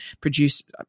produce